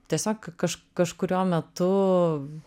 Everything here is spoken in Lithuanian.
tiesiog kaž kažkuriuo metu